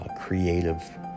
creative